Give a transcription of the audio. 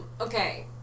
okay